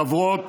חברות